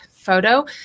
photo